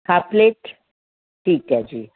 half plate ਠੀਕ ਹੈ ਜੀ